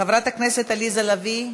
חברת הכנסת עליזה לביא,